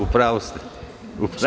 U pravu ste.